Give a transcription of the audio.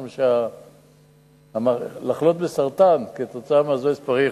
משום שלחלות בסרטן כתוצאה מאזבסט פריך,